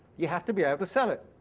you have to be able to sell it.